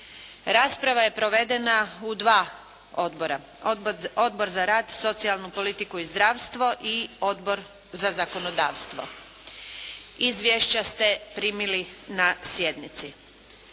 Rasprava je provedena u dva odbora – Odbor za rad, socijalnu politiku i zdravstvo i Odbor za zakonodavstvo. Izvješća ste primili na sjednici.